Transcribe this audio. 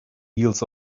heels